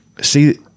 See